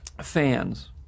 fans